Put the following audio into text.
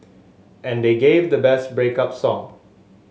and they gave the best break up song